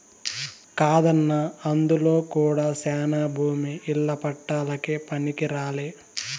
కాదన్నా అందులో కూడా శానా భూమి ఇల్ల పట్టాలకే పనికిరాలే